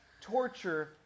torture